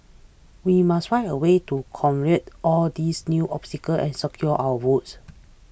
we must find a way to convent all these new obstacles and secure our votes